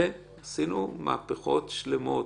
ועשינו מהפכות שלמות.